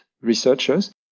researchers